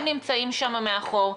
הם נמצאים שם מאחור.